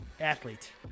Athlete